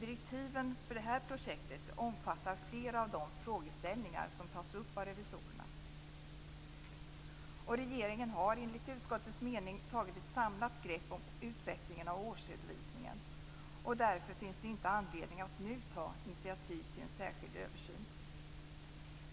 Direktiven för det här projektet omfattar flera av de frågeställningar som tas upp av revisorerna. Regeringen har enligt utskottets mening tagit ett samlat grepp om utvecklingen av årsredovisningen. Därför finns det inte anledning att nu ta initiativ till en särskild översyn.